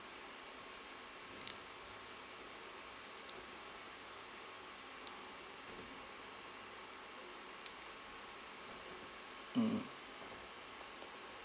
mm